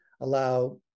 allow